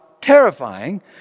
terrifying